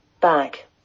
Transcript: back